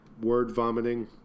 word-vomiting